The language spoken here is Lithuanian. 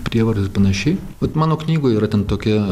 prievarta ir panašiai vat mano knygoje yra ten tokia